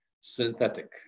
synthetic